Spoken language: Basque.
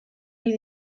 ohi